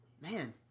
Man